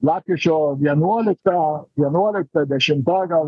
lapkričio vienuolikta vienuolikta dešimta gal